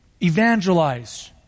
Evangelize